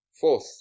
Fourth